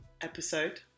episode